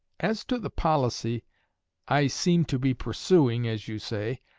as to the policy i seem to be pursuing, as you say,